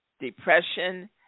depression